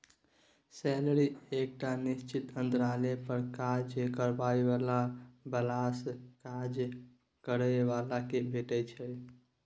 salary एकटा निश्चित अंतराल पर काज करबाबै बलासँ काज करय बला केँ भेटै छै